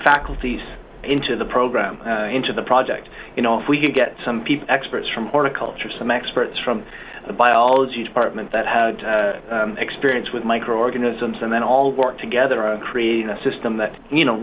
faculties into the program into the project you know we can get some experts from horticultural some experts from the biology department that have experience with microorganisms and then all work together and create a system that you know